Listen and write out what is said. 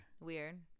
weird